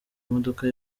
imodoka